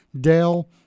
Dell